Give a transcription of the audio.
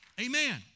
Amen